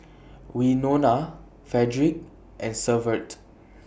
Winona Fredrick and Severt